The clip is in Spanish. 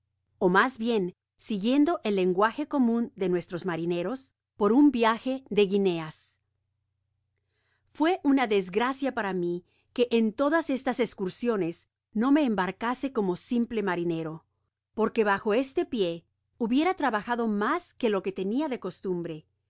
ó mas bien siguiendo el lenguaje comun de nuestros marineros por un viaje de guineas fué una desgracia para mí que en todas estas escursiones no me embarcase como simple marinero porque bajo este pié hubiera trabajado mas que lo que tenia de costumbre